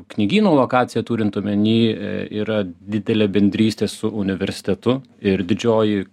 knygynų lokaciją turint omeny yra didelė bendrystė su universitetu ir didžioji